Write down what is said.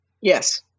Yes